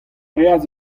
reas